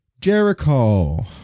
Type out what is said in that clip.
Jericho